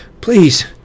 Please